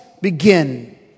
begin